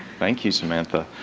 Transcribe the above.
thank you samantha.